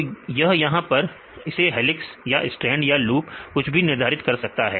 तो यह यहां पर इसे हेलिक्स या स्ट्रेंड या लूप कुछ भी निर्धारित कर सकता है